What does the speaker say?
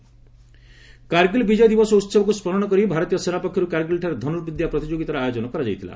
କାରଗିଲ ବିଜୟ ଦିବସ କାରଗିଲ ବିଜୟ ଦିବସ ଉହବକୁ ସ୍କରଣ କରି ଭାରତୀୟ ସେନା ପକ୍ଷରୁ କାରଗିଲଠାରେ ଧନୁବିଦ୍ୟା ପ୍ରତିଯୋଗିତାର ଆୟୋଜନ କରାଯାଇଥିଲା